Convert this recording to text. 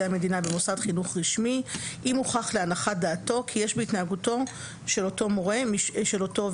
המדינה במוסד חינוך רשמי אם מצא כי יש בהתנהגותו של אותו עובד